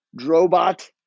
drobot